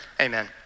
Amen